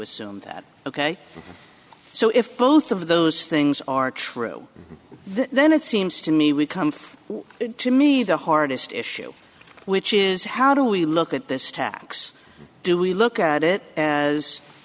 assume that ok so if both of those things are true then it seems to me we come to me the hardest issue which is how do we look at this tax do we look at it as